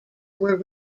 were